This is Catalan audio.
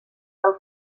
del